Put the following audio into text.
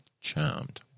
charmed